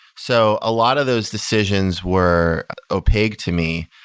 so a lot of those decisions were opaque to me.